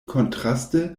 kontraste